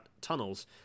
tunnels